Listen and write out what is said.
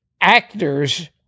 actors